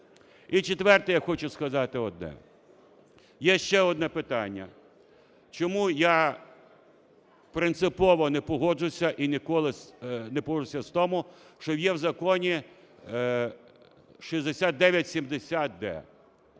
І четверте, я хочу сказати одне. Є ще одне питання, чому я принципово не погоджуюся і ніколи не погоджуюся з тим, що є в законі 6970-д?